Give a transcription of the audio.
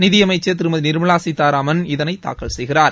நிதி அமைச்சர் திருமதி நிர்மலா சீதாராமன் இதனை தாக்கல் செய்கிறார்